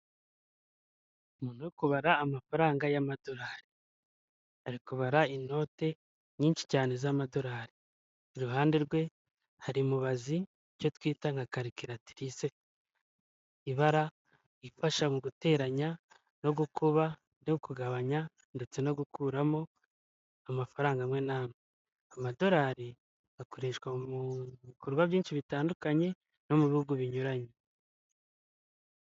Umuntu uri kubara amafaranga y'amadolari, ari kubara inote nyinshi cyane z'amadolari iruhande rwe hari mu bazi icyo twita nka karikiratirise ibara, ifasha mu guteranya no gukuba, no kugabanya ndetse no gukuramo amafaranga amwe n'amwe. Amadolari akoreshwa mu bikorwa byinshi bitandukanye no mu bihugu binyuranye.